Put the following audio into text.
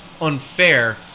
unfair